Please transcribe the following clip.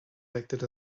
acted